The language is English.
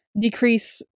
decrease